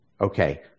Okay